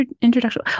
introduction